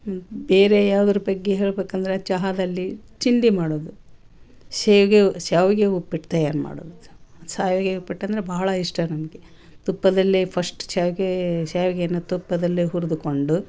ಬೇರೆ ಯಾವ್ದ್ರ ಬಗ್ಗೆ ಹೇಳ್ಬೇಕಂದರೆ ಚಹಾದಲ್ಲಿ ಚಿಂದಿ ಮಾಡೋದು ಶಾವ್ಗೆ ಶಾವ್ಗೆ ಉಪ್ಪಿಟ್ಟು ತಯಾರು ಮಾಡೋದು ಶಾವ್ಗೆ ಉಪ್ಪಿಟ್ಟಂದರೆ ಬಹಳ ಇಷ್ಟ ನನಗೆ ತುಪ್ಪದಲ್ಲೇ ಫಶ್ಟ್ ಶಾವ್ಗೆ ಶಾವ್ಗೆಯನ್ನ ತುಪ್ಪದಲ್ಲೇ ಹುರಿದುಕೊಂಡು